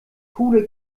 coole